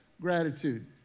gratitude